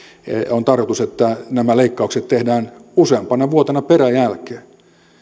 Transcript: on tarkoitus että nämä leikkaukset tehdään useampana vuotena peräjälkeen